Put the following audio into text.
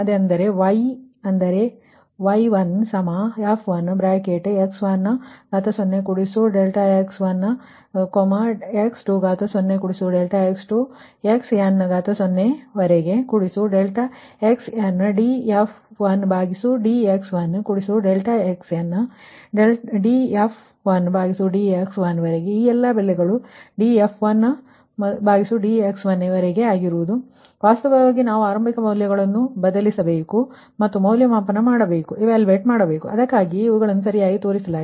ಆಗ y ಅ0ದರೆ y1 f1x10 ∆x1 x20 ∆x2 xn0 ವರೆಗೆ ∆x1df1dx1 ∆xn ಗೆ ಸಮಾನವಾಗಿರುತ್ತದೆ df1dxn ರವರೆಗೆ ಈ ಎಲ್ಲ ಮೌಲ್ಯಗಳು df1dx1 ವರೆಗೆ ವಾಸ್ತವವಾಗಿ ನಾವು ಆರಂಭಿಕ ಮೌಲ್ಯವನ್ನು ಬದಲಿಸಬೇಕು ಮತ್ತು ಮೌಲ್ಯಮಾಪನ ಮಾಡಬೇಕು ಅದಕ್ಕಾಗಿಯೇ ಇವುಗಳನ್ನು ಸರಿಯಾಗಿ ತೋರಿಸಲಾಗಿದೆ